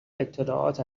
اطلاعات